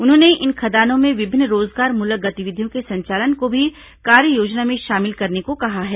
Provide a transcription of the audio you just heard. उन्होंने इन खदानों में विभिन्न रोजगारमूलक गतिविधियों के संचालन को भी कार्ययोजना में शामिल करने को कहा है